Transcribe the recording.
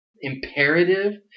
imperative